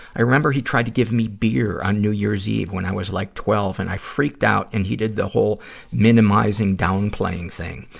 i remember he tried to give me beer on new year's eve when i was like twelve, and i freaked out and he did the whole minimizing downplaying thing.